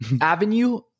Avenue